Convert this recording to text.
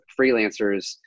freelancers